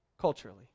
culturally